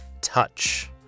touch